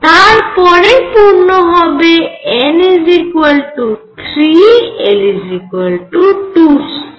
তারপরে পূর্ণ হবে n 3 l 2 স্তর